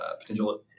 potential